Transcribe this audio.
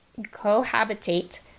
cohabitate